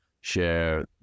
share